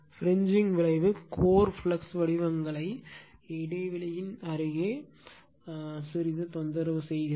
fringing விளைவு core flux வடிவங்களை இடைவெளியின் அருகே சிறிது தொந்தரவு செய்கிறது